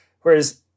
Whereas